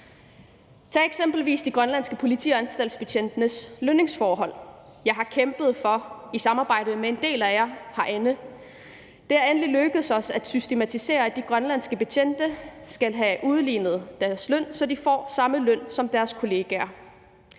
Tag eksempelvis de grønlandske politi- og anstaltsbetjentes lønningsforhold, som jeg har kæmpet for i samarbejde med en del af jer herinde. Det er endelig lykkedes os at systematisere, at de grønlandske betjente skal have udlignet deres løn, så de får samme løn som deres danske kollegaer.